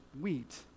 wheat